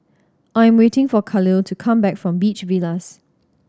I am waiting for Khalil to come back from Beach Villas